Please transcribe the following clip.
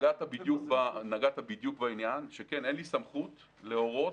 נגעת בדיוק בעניין, שכן אין לי סמכות להורות.